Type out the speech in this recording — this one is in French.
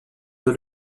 dans